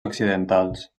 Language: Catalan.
occidentals